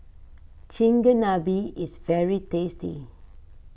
Chigenabe is very tasty